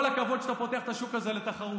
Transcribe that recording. כל הכבוד שאתה פותח את השוק הזה לתחרות.